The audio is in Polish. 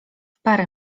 parę